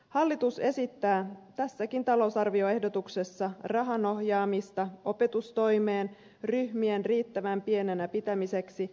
hallitus esittää tässäkin talousarvioehdotuksessa rahan ohjaamista opetustoimeen ryhmien riittävän pienenä pitämiseksi ja kerhotoimintaan